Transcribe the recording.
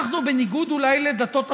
אנחנו, בניגוד אולי לדתות אחרות,